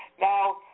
Now